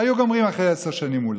היו גומרים אחרי עשר שנים אולי.